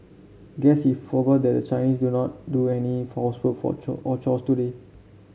guess he forgot that the Chinese do not do any housework for chore or chores today